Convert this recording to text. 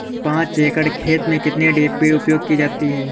पाँच एकड़ खेत में कितनी डी.ए.पी उपयोग की जाती है?